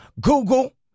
Google